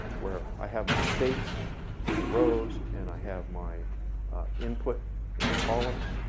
where i have my states in the rows and i have my inputs in the columns,